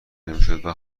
نمیشدو